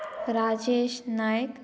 Rajesh Naik